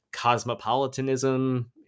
cosmopolitanism